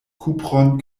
kupron